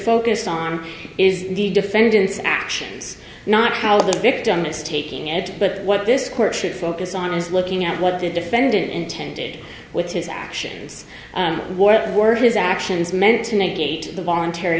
focus on is the defendant's actions not how the victim is taking ed but what this court should focus on is looking at what the defendant intended with his actions what were his actions meant to negate the voluntar